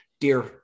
Dear